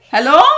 Hello